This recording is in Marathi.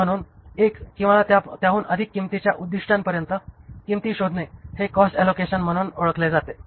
म्हणून 1 किंवा त्याहून अधिक किंमतीच्या उद्दीष्टांपर्यंत किंमती शोधणे हे कॉस्ट ऑलोकेशन म्हणून ओळखले जाते